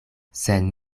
sen